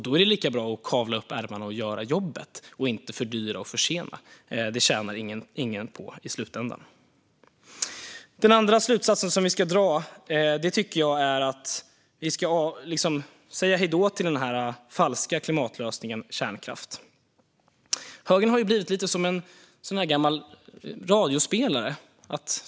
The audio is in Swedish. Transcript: Då är det lika bra att kavla upp ärmarna och göra jobbet och inte fördyra och försena. Det tjänar ingen på i slutändan. Den andra slutsatsen som jag tycker att vi ska dra är att vi ska säga hej då till den falska klimatlösningen kärnkraft. Högern har blivit lite som en gammal radioapparat.